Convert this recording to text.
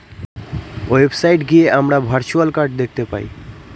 website গিয়ে আমরা virtual card দেখতে পাই